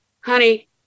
honey